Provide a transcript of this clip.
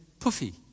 Puffy